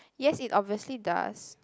yes it obviously does